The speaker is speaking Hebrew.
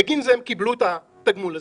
הרי בגין זה הם קיבלו את התגמול הזה.